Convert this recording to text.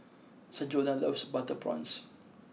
Sanjuana loves butter prawns